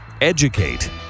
educate